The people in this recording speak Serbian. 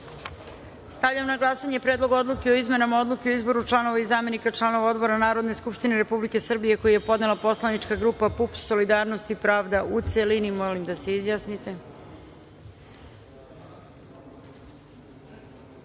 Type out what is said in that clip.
sali. Stavljam na glasanje Predlog odluke o izmenama odluke o izboru članova i zamena članova odbora Narodne skupštine Republike Srbije koji je podnela poslanička grupa Novi DSS – POKS - NADA, u celini. Molim narodne poslanike